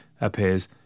appears